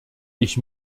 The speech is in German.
ich